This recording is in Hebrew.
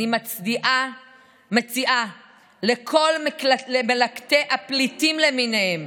אני מציעה לכל מלקטי הפליטים למיניהם,